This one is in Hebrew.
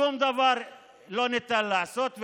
שום דבר לא ניתן לעשות.